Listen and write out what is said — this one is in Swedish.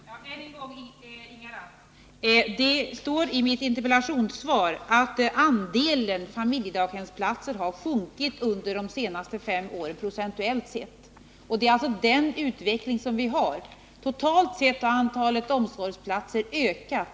Herr talman! Än en gång, Inga Lantz: Det står i mitt interpellationssvar att andelen familjedaghemsplatser har sjunkit under de senaste fem åren procentuellt sett. Det är alltså den utvecklingen vi har. Totalt sett har antalet omsorgsplatser ökat.